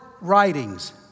writings